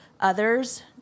others